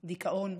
דיכאון,